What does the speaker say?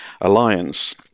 alliance